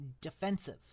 defensive